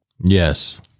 Yes